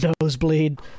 Nosebleed